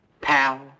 Pal